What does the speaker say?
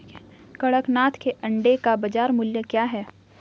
कड़कनाथ के अंडे का बाज़ार मूल्य क्या है?